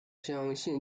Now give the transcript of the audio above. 现今